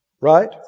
Right